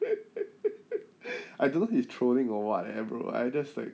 I don't know he's trolling or what eh bro I just like